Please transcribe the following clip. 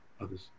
Others